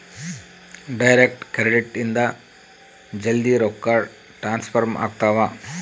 direct credit ಇಂದ ಜಲ್ದೀ ರೊಕ್ಕ ಟ್ರಾನ್ಸ್ಫರ್ ಆಗ್ತಾವ